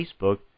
Facebook